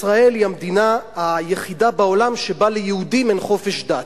ישראל היא המדינה היחידה בעולם שבה ליהודים אין חופש דת.